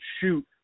shoot